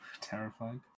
terrified